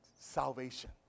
salvation